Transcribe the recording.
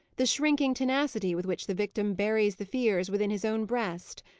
the shrinking tenacity with which the victim buries the fears within his own breast.